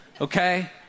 Okay